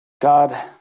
God